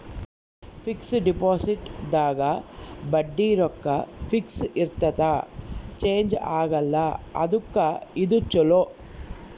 fix deposit ದಾಗ ಬಡ್ಡಿ ರೊಕ್ಕ ಫಿಕ್ಸ್ ಇರ್ತದ ಚೇಂಜ್ ಆಗಲ್ಲ ಅದುಕ್ಕ ಇದು ಚೊಲೊ